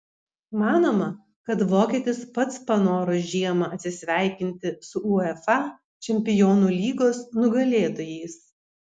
manoma kad vokietis pats panoro žiemą atsisveikinti su uefa čempionų lygos nugalėtojais